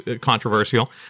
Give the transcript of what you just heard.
controversial